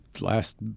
last